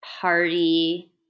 party